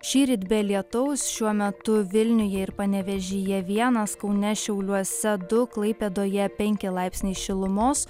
šįryt be lietaus šiuo metu vilniuje ir panevėžyje vienas kaune šiauliuose du klaipėdoje penki laipsniai šilumos